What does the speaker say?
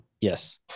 yes